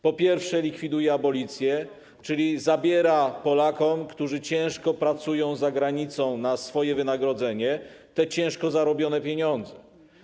Po pierwsze, likwiduje abolicję, czyli zabiera Polakom, którzy ciężko pracują za granicą na swoje wynagrodzenie, te ciężko zarobione pieniądze.